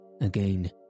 Again